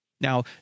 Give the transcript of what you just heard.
Now